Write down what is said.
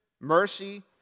Mercy